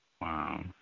Wow